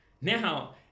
now